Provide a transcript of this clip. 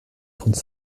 trente